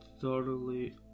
thoroughly